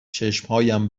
چشمهایم